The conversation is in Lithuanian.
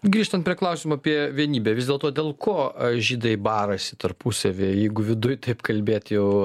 grįžtant prie klausimo apie vienybę vis dėlto dėl ko žydai barasi tarpusavyje jeigu viduj taip kalbėt jau